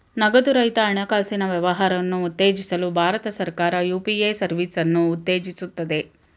ನಗದು ರಹಿತ ಹಣಕಾಸಿನ ವ್ಯವಹಾರವನ್ನು ಉತ್ತೇಜಿಸಲು ಭಾರತ ಸರ್ಕಾರ ಯು.ಪಿ.ಎ ಸರ್ವಿಸನ್ನು ಉತ್ತೇಜಿಸುತ್ತದೆ